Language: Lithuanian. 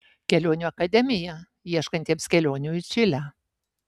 kelionių akademija ieškantiems kelionių į čilę